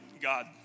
God